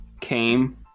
came